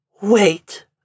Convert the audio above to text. Wait